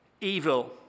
evil